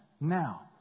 now